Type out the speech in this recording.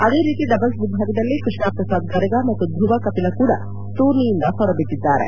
ಅದೇ ರೀತಿ ಡಬಲ್ಪ್ ವಿಭಾಗದಲ್ಲಿ ಕೃಷ್ಣಪ್ರಸಾದ್ ಗರಗ ಮತ್ತು ಧ್ರುವ ಕಪಿಲ ಕೂಡ ಟೂರ್ನಿಯಿಂದ ಹೊರಬಿದ್ದಿದ್ದಾರೆ